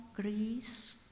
Greece